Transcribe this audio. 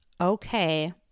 okay